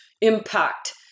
impact